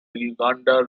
uganda